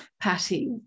Patty